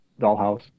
Dollhouse